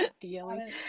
dealing